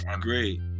Great